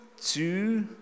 two